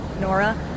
Nora